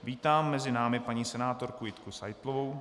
Vítám mezi námi paní senátorku Jitku Seitlovou.